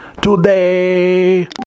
Today